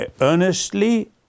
earnestly